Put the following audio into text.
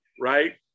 right